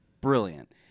brilliant